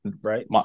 right